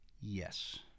Yes